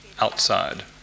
outside